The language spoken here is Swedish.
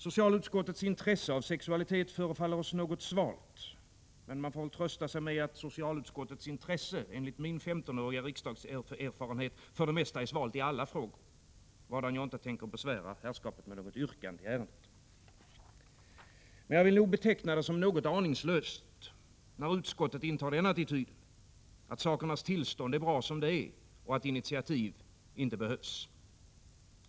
Socialutskottets intresse för sexualitet förefaller oss något svalt, men vi får väl trösta oss med att socialutskottets intresse — enligt min 15-åriga riksdagserfarenhet — för det mesta är svalt i alla frågor, vadan jag inte tänker besvära herrskapet med något yrkande i ärendet. Men jag vill nog beteckna det som något aningslöst, när utskottet intar den attityden att sakernas tillstånd är bra som det är och att initiativ inte behövs.